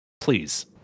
Please